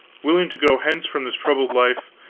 willing to go hence from this troubled life,